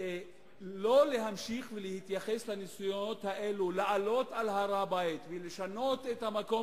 לא להמשיך ולהתייחס לניסיונות האלו לעלות על הר-הבית ולשנות את המקום